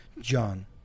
John